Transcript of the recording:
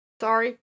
Sorry